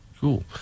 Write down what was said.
Cool